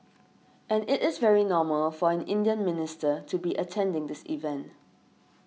and it is very normal for an Indian minister to be attending this event